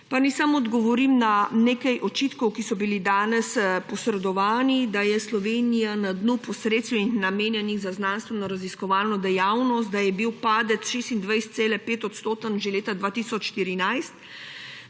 Pa naj samo odgovorim na nekaj očitkov, ki so bili danes posredovani, da je Slovenija na dnu po sredstvih, namenjenih za znanstvenoraziskovalno dejavnost, da je bil padec 26,5-odstoten že leta 2014,